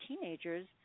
teenagers